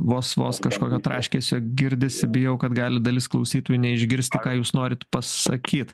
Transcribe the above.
vos vos kažkokio traškesio girdisi bijau kad gali dalis klausytojų neišgirsti ką jūs norit pasakyt